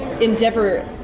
endeavor